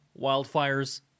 wildfires